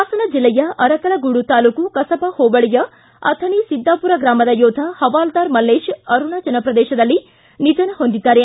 ಪಾಸನ ಜಿಲ್ಲೆಯ ಅರಕಲಗೂಡು ತಾಲ್ಲೂಕು ಕಸಬಾ ಹೋಬಳಿಯ ಅಥಣಿ ಸಿದ್ದಾಪುರ ಗ್ರಾಮದ ಯೋಧ ಪವಾಲ್ದಾರ ಮಲ್ಲೇಶ್ ಅರುಣಾಚಲ ಪ್ರದೇಶದಲ್ಲಿ ನಿಧನ ಹೊಂದಿದ್ದಾರೆ